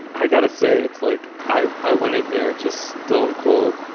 i gotta say, it's like i i went in there just stone cold,